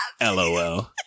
LOL